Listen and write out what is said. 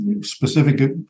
specific